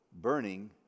burning